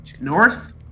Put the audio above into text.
North